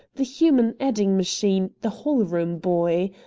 the human adding machine, the hall-room boy.